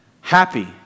happy